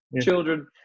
children